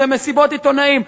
במסיבות עיתונאים.